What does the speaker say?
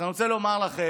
אז אני רוצה לומר לכם